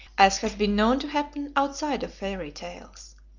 as has been known to happen outside of fairy tales.